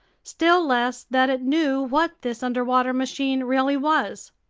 still less that it knew what this underwater machine really was.